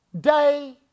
day